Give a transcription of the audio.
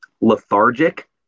Lethargic